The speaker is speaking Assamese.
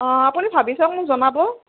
অ' আপুনি ভাবি চাওক মোক জনাব